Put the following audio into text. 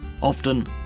Often